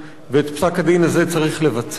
ואת פסק-הדין הזה צריך לבצע.